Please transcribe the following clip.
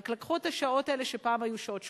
רק לקחו את השעות האלה, שפעם היו שעות שקופות,